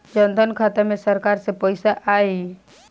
जनधन खाता मे सरकार से पैसा आई?